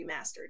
Remastered